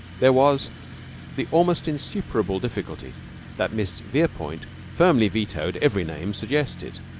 there was the almost insuperable difficulty that miss verepoint firmly vetoed every name suggested.